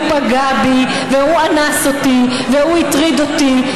הוא פגע בי והוא אנס אותי והוא הטריד אותי.